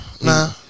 nah